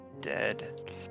Dead